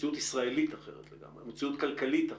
מציאות ישראלית אחרת לגמרי,